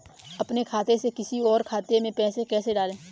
अपने खाते से किसी और के खाते में पैसे कैसे डालें?